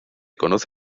conoce